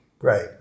Right